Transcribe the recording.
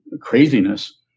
craziness